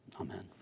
Amen